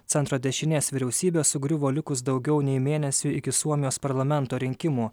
centro dešinės vyriausybė sugriuvo likus daugiau nei mėnesiui iki suomijos parlamento rinkimų